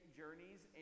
journeys